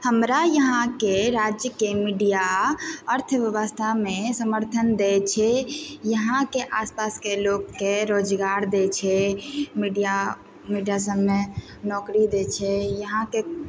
हमरा यहाँके राज्यके मीडिया अर्थव्यवस्थामे समर्थन दै छै यहाँके आस पासके लोकके रोजगार दै छै मीडिया मीडिया सबमे नौकरी दै छै यहाँके